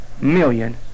million